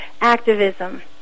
activism